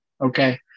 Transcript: okay